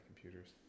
computers